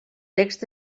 text